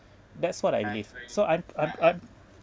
that's what I live so I'm I'm I'm